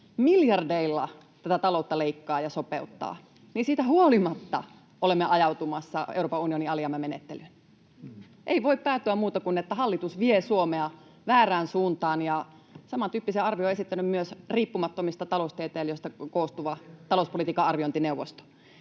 miljardeilla tätä ta-loutta leikkaa ja sopeuttaa, niin siitä huolimatta olemme ajautumassa Euroopan unionin alijäämämenettelyyn. Ei voi päätyä muuta kuin siihen, että hallitus vie Suomea väärään suuntaan, ja samantyyppisen arvion on esittänyt myös riippumattomista taloustieteilijöistä koostuva talouspolitiikan arviointineuvosto.